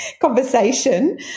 conversation